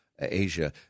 Asia